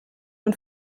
den